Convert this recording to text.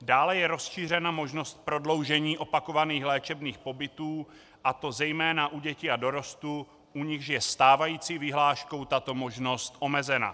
Dále je rozšířena možnost prodloužení opakovaných léčebných pobytů, a to zejména u dětí a dorostu, u nichž je stávající vyhláškou tato možnost omezena.